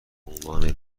عنوان